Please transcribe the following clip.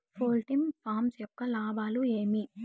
poultry farm యొక్క లాభాలు ఏమి